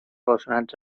relacionats